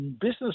business